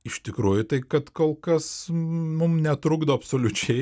iš tikrųjų tai kad kol kas mum netrukdo absoliučiai